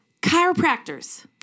Chiropractors